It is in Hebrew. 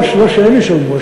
לא שהם ישלמו.